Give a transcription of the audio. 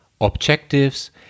objectives